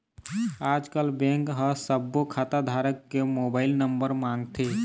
आजकल बेंक ह सब्बो खाता धारक के मोबाईल नंबर मांगथे